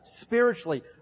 spiritually